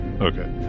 Okay